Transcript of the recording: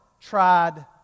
tried